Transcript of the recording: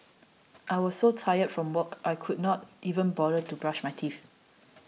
I was so tired from work I could not even bother to brush my teeth